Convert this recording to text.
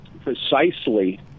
precisely